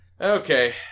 Okay